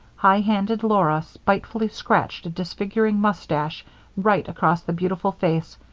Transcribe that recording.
high-handed laura spitefully scratched a disfiguring mustache right across the beautiful face,